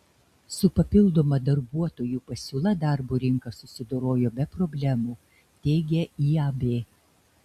su papildoma darbuotojų pasiūla darbo rinka susidorojo be problemų teigia iab